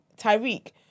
Tyreek